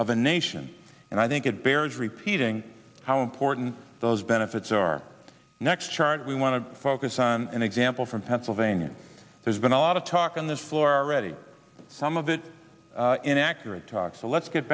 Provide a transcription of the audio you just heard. the nation and i think it bears repeating how important those benefits are next chart we want to focus on an example from pennsylvania there's been a lot of talk on the floor ready some of that inaccurate talk so let's get